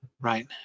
right